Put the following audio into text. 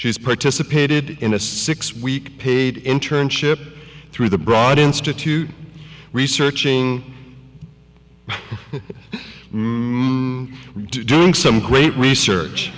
she's participated in a six week paid internship through the broad institute researching doing some great research